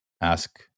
ask